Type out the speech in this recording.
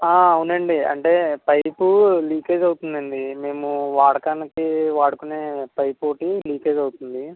అవునండి అంటే pipe leakage అవుతుంది అండి మేము వాడకానికి వాడుకునే పైప్ ఒకటి లీకేజ్ అవుతుంది